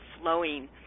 flowing